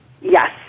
Yes